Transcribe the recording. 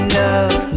love